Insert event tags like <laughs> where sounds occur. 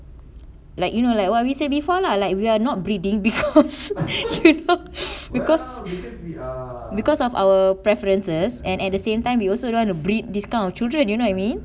like you know like what we say before lah like we're not breeding because <laughs> because because of our preferences and at the same time we also don't want to breed this kind children you know what I mean